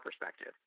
perspective